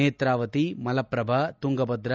Netravati Malaprabha Tungabhadra